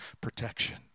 protection